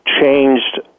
changed